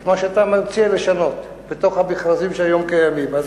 את מה שאתה מציע לשנות בתוך המכרזים שהיום קיימים.